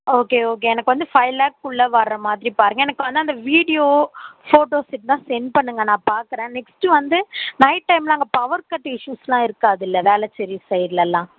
okay okay எனக்கு வந்து five லேக்குள்ளே வரமாதிரி பாருங்கள் எனக்கு வந்து அந்த வீடியோ ஃபோட்டோஸ் இருந்தால் சென்ட் பண்ணுங்கள் நான் பார்க்குறேன் நெக்ஸ்ட் வந்து நைட் டைம்மில் அங்கே பவர் கட் இஷுஸ்லாம் இருக்காதுல்ல வேளச்சேரி சைட்ல எல்லாம்